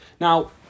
Now